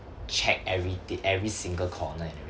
check every t~ every single corner and everything